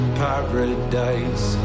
paradise